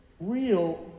real